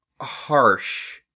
harsh